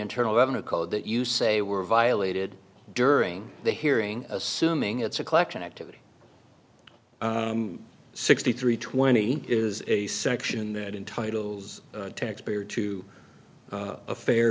internal revenue code that you say were violated during the hearing assuming it's a collection activity sixty three twenty is a section that entitle taxpayer to a fair